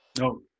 No